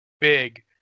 big